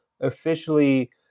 officially